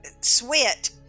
sweat